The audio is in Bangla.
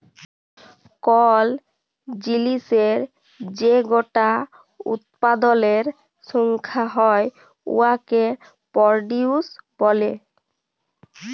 কল জিলিসের যে গটা উৎপাদলের সংখ্যা হ্যয় উয়াকে পরডিউস ব্যলে